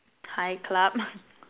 hi club